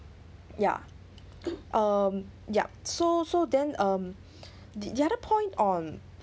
yeah um yup so so then um the other point on